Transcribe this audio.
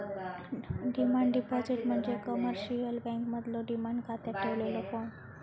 demand deposit म्हणजे commercial बँकांमधलो demand खात्यात ठेवलेलो फंड